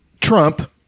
Trump